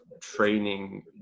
training